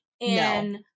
and-